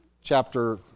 chapter